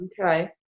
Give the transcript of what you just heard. Okay